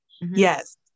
Yes